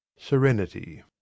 Serenity